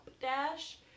dash